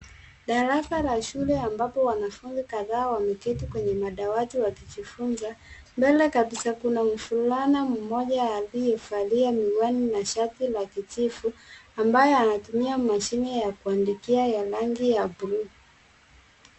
Darasa la shule ambapo wanafunzi kadhaa wameketi kwenye madawati wakijifunza. Mbele kabisa kuna mvulana mmoja aliyevalia miwani na shati la kijivu ambaye anatumia mashine ya kuandikia ya rangi ya buluu.